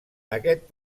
aquest